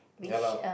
ya lah